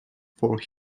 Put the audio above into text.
for